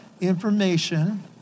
information